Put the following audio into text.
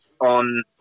on